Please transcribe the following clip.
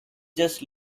just